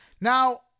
Now